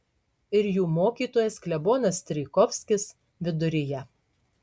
ir jų mokytojas klebonas strijkovskis viduryje